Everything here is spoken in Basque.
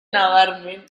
nabarmen